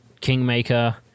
Kingmaker